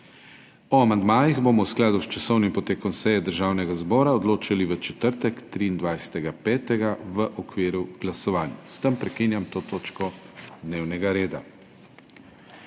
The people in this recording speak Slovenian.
O amandmajih bomo v skladu s časovnim potekom seje Državnega zbora odločali v četrtek, 23. 5., v okviru glasovanj. S tem prekinjam to točko dnevnega reda.